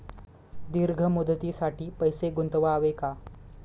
दीर्घ मुदतीसाठी पैसे गुंतवावे का?